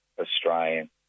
Australian